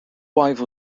wife